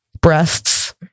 breasts